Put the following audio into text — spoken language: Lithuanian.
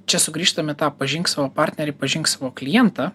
čia sugrįžtame tą pažink savo partnerį pažink klientą